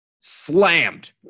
slammed